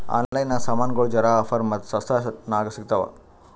online ನಾಗ್ ಸಾಮಾನ್ಗೊಳ್ ಜರಾ ಆಫರ್ ಮತ್ತ ಸಸ್ತಾ ನಾಗ್ ಸಿಗ್ತಾವ್